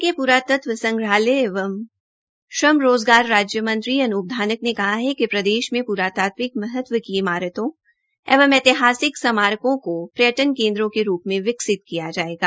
हरियाणा के पुरातत्व संग्रहालय एवं श्रम रोजगार राज्य मंत्री अनूप धानक ने कहा है कि प्रदेश में पुरातात्विक महत्व की इमारतों एवं ऐतिहासिक स्मारकों को पर्यटन केंद्रों के रूप में विकसित किया जाएगा